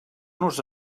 nos